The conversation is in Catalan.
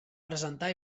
presentar